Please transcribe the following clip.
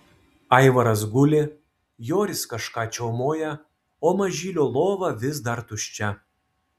aivaras guli joris kažką čiaumoja o mažylio lova vis dar tuščia